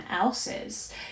else's